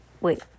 wait